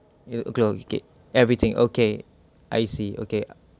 you know everything okay I see okay